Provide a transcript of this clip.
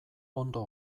ondo